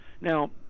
Now